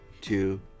two